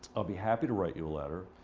i'll be happy to write you a letter.